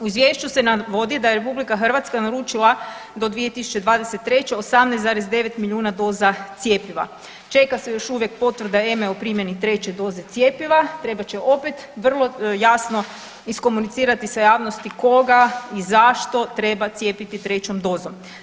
I izvješću se navodi da je RH naručila do 2023. 18,9 milijuna doza cjepiva, čeka se još uvijek potvrda EMA-e o primjeni treće doze cjepiva, trebat će opet vrlo jasno iskomunicirati sa javnosti koga i zašto treba cijepiti trećom dozom.